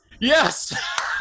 yes